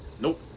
Nope